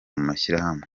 mashyirahamwe